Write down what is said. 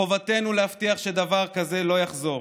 חובתנו להבטיח שדבר כזה לא יחזור,